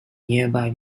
nearby